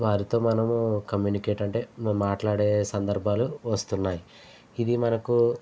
వారితో మనము కమ్మూనికేట్ అంటే మాట్లాడే సందర్భాలు వస్తున్నాయి ఇది మనకు